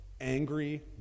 angry